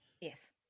Yes